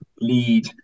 lead